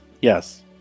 Yes